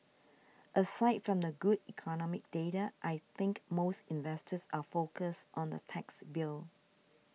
aside from the good economic data I think most investors are focused on the tax bill